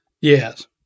Yes